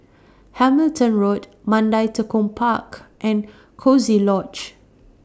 Hamilton Road Mandai Tekong Park and Coziee Lodge